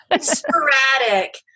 Sporadic